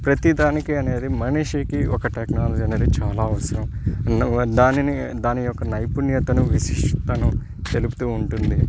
ప్రతి దానికి అనేది మనిషికి ఒక టెక్నాలజీ అనేది చాలా అవసరం దానిని దాని యొక్క నైపుణ్యతను విశిష్టతను తెలుపుతు ఉంటుంది